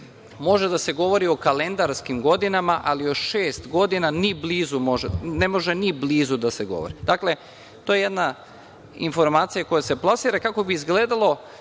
Može da se govori o kalendarskim godinama, ali o šest godinu ni blizu ne može da se govori. Dakle, to je jedna informacija koja se plasira kako bi izgledalo,